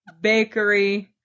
Bakery